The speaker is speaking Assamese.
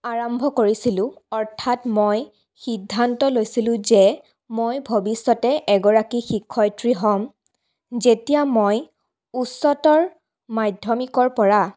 আৰম্ভ কৰিছিলো অৰ্থাৎ মই সিদ্ধান্ত লৈছিলো যে মই ভৱিষ্য়তে এগৰাকী শিক্ষয়িত্ৰী হ'ম যেতিয়া মই উচ্চতৰ মাধ্য়মিকৰপৰা